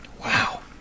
Wow